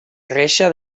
reixa